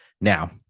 Now